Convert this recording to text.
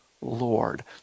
Lord